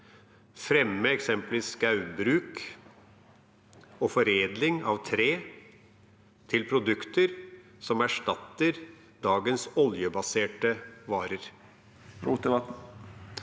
fremme eksempelvis skogbruk og foredling av tre til produkter som erstatter dagens oljebaserte varer?